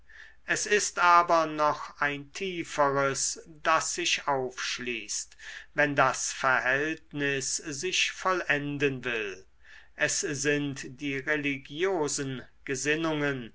es ist aber noch ein tieferes das sich aufschließt wenn das verhältnis sich vollenden will es sind die religiosen gesinnungen